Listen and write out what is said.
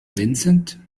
vincent